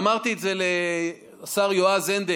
ואמרתי את זה לשר יועז הנדל: